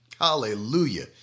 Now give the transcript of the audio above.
Hallelujah